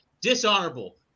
dishonorable